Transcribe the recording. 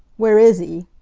where is he?